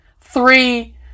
three